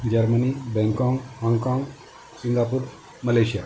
Germany Bangkok Hong Kong Singapore Malaysia